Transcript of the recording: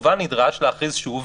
כמובן נדרש להכריז שוב.